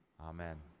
Amen